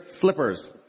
slippers